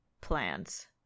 plans